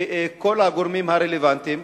וכל הגורמים הרלוונטיים,